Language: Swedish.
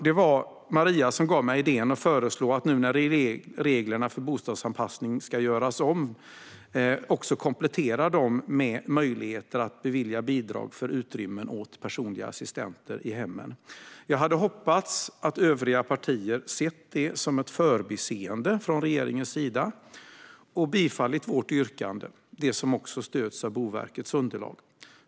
Det var Maria som gav mig idén att föreslå att reglerna för bostadsanpassning, nu när de ska göras om, ska kompletteras med möjligheter att bevilja bidrag för utrymmen åt personliga assistenter i hemmen. Jag hade hoppats att övriga partier skulle ha sett det som ett förbiseende från regeringens sida och ställt sig bakom vårt yrkande, som också stöds av Boverkets underlag.